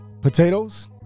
Potatoes